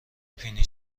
پنی